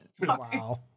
Wow